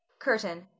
Curtain